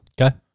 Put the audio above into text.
Okay